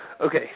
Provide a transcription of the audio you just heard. Okay